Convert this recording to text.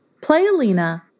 Playalina